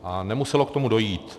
A nemuselo k tomu dojít.